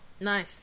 Nice